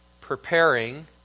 preparing